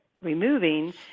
removing